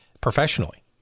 professionally